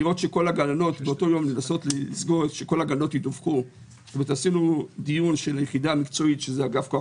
לראות שכל הגננות ידווחו עשינו דיון של היחידה המקצועית שזה אגף כוח